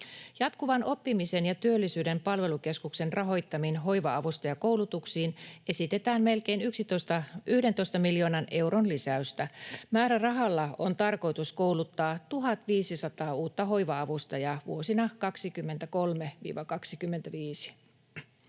Jatkuvan oppimisen ja työllisyyden palvelukeskuksen rahoittamiin hoiva-avustajakoulutuksiin esitetään melkein 11 miljoonan euron lisäystä. Määrärahalla on tarkoitus kouluttaa 1 500 uutta hoiva-avustajaa vuosina 23—25.